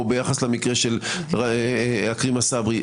או ביחס למקרה של עכרמה סברי,